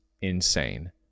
insane